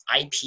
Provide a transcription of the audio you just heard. IP